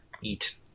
eat